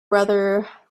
brother